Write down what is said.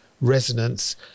Resonance